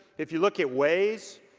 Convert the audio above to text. if you look at waze,